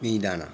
মিহিদানা